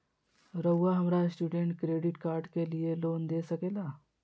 रहुआ हमरा student credit card के लिए लोन दे सके ला?